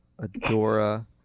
adora